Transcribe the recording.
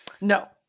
No